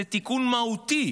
זה תיקון מהותי,